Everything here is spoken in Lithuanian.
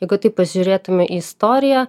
jeigu pažiūrėtume į istoriją